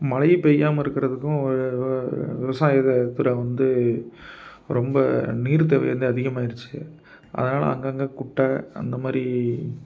மழையே பெய்யாமல் இருக்கிறதுக்கும் விவசாயத்துறை வந்து ரொம்ப நீர் தேவை வந்து அதிகமாயிடுச்சு அதனால் அங்கங்கே குட்டை அந்தமாதிரி